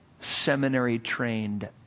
seminary-trained